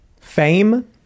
fame